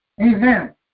Amen